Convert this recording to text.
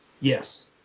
Yes